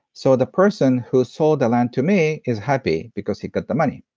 so the person who sold the land to me is happy because he got the money,